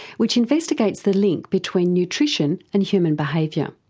which investigates the link between nutrition and human behaviour.